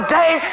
day